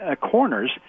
corners